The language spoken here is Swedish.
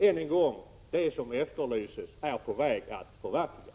Än en gång: Det som efterlyses är på väg att förverkligas.